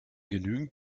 genügend